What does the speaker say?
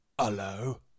Hello